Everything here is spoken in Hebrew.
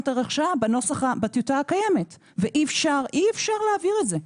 ערך שעה בטיוטה הקיימת ואי אפשר להעביר את זה.